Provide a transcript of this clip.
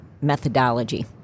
methodology